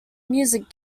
music